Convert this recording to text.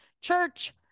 church